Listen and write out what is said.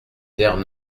terres